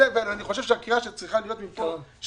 ואני חושב שהקריאה שצריכה להיות מפה,